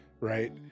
Right